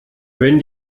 wenn